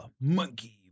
Monkey